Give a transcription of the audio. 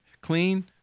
clean